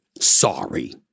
Sorry